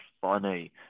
funny